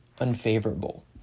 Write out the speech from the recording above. unfavorable